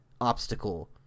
obstacle